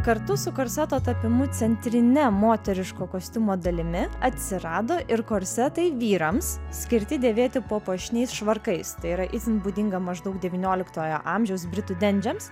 kartu su korseto tapimu centrine moteriško kostiumo dalimi atsirado ir korsetai vyrams skirti dėvėti po puošniais švarkais tai yra itin būdinga maždaug devynioliktojo amžiaus britų dendžiams